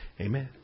Amen